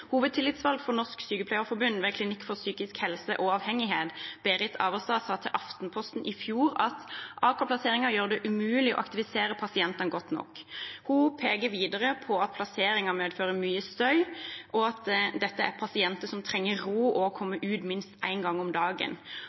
for Norsk sykepleierforbund ved Klinikk for psykisk helse og avhengighet, Berit Averstad, sa til Aftenposten i fjor at «Aker-plasseringen gjør det umulig å aktivisere pasientene godt nok.» Hun peker videre på at plasseringen medfører mye støy, og at dette er pasienter som trenger ro og å komme seg ut minst én gang om dagen.